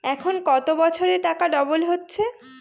এখন কত বছরে টাকা ডবল হচ্ছে?